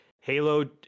Halo